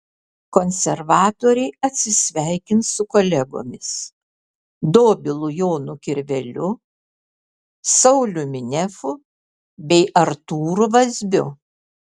konservatoriai atsisveikins su kolegomis dobilu jonu kirveliu sauliumi nefu bei artūru vazbiu